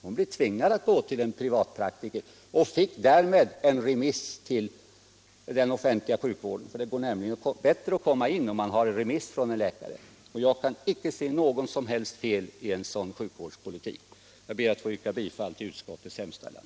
Hon blev tvingad att gå till en privatpraktiker, som gav henne en remiss till den offentliga sjukvården. Det går nämligen lättare att komma in där, om man har remiss från en läkare. Och jag kan inte se något som helst fel på en sådan sjukvårdspolitik. Herr talman! Jag ber att få yrka bifall till utskottets hemställan.